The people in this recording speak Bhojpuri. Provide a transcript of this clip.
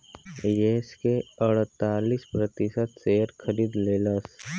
येस के अड़तालीस प्रतिशत शेअर खरीद लेलस